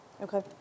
Okay